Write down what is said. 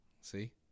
see